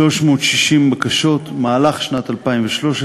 ובניגוד לכל האיומים והצרחות שראינו בוועדת החינוך,